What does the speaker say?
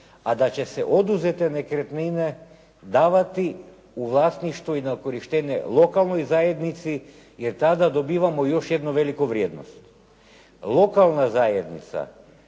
a da će se oduzete nekretnine davati u vlasništvo i na korištenje lokalnoj zajednici jer tada dobivamo još jednu veliku vrijednost. Lokalna zajednica